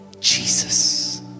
Jesus